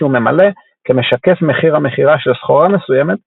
שהוא ממלא כמשקף מחיר המכירה של סחורה מסוימת,